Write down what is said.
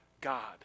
God